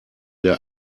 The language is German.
der